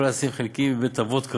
הפעלת סניף חלקי בבית אבות קרוב,